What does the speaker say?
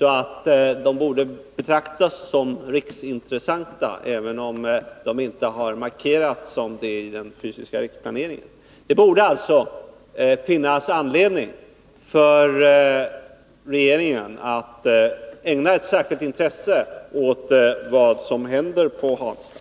att det borde betraktas som riksintressant, även om det inte har markerats som det i den fysiska riksplaneringen. Det borde alltså finnas anledning för regeringen att ägna ett intresse åt vad som händer i Hansta.